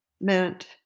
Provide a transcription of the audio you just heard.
meant